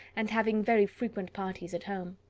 and having very frequent parties at home.